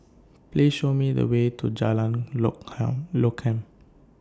Please Show Me The Way to Jalan Lokam